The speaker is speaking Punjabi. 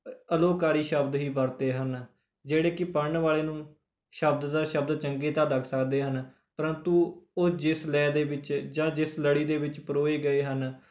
ਅਲੋਕਾਰੀ ਸ਼ਬਦ ਹੀ ਵਰਤੇ ਹਨ ਜਿਹੜੇ ਕਿ ਪੜ੍ਹਨ ਵਾਲੇ ਨੂੰ ਸ਼ਬਦ ਦਰ ਸ਼ਬਦ ਚੰਗੇ ਤਾਂ ਲੱਗ ਸਕਦੇ ਹਨ ਪ੍ਰੰਤੂ ਉਹ ਜਿਸ ਲਹਿ ਦੇ ਵਿੱਚ ਜਾਂ ਜਿਸ ਲੜੀ ਦੇ ਵਿੱਚ ਪਰੋਏ ਗਏ ਹਨ